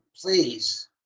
please